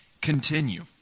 continue